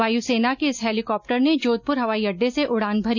वायुसेना के इस हैलीकॉप्टर ने जोधपुर हवाई अड्डे से उड़ान भरी